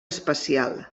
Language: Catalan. espacial